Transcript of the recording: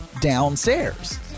downstairs